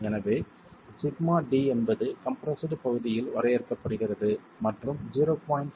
எனவே σd என்பது கம்ப்ரெஸ்டு பகுதியில் வரையறுக்கப்படுகிறது மற்றும் 0